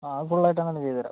ആ അത് ഫുള്ളായിട്ടങ്ങനെ ചെയ്തുതരാം